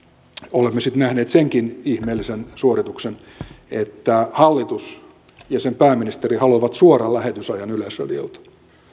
olemme sitten nähneet senkin ihmeellisen suorituksen että hallitus ja sen pääministeri haluavat suoran lähetysajan yleisradiolta